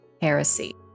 heresy